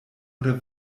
oder